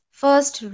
first